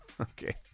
Okay